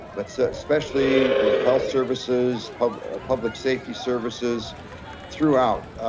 but so especially the health services, public public safety services throughout,